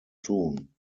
tun